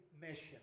mission